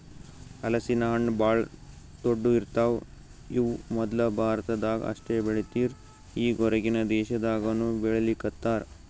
ಹಲಸಿನ ಹಣ್ಣ್ ಭಾಳ್ ದೊಡ್ಡು ಇರ್ತವ್ ಇವ್ ಮೊದ್ಲ ಭಾರತದಾಗ್ ಅಷ್ಟೇ ಬೆಳೀತಿರ್ ಈಗ್ ಹೊರಗಿನ್ ದೇಶದಾಗನೂ ಬೆಳೀಲಿಕತ್ತಾರ್